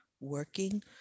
working